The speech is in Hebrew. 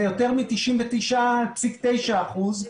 זה יותר מ-99,9 אחוזים,